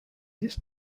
its